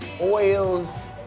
oils